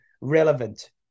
relevant